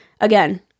again